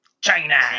China